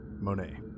Monet